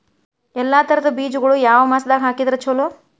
ಎಲ್ಲಾ ತರದ ಬೇಜಗೊಳು ಯಾವ ಮಾಸದಾಗ್ ಹಾಕಿದ್ರ ಛಲೋ?